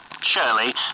Surely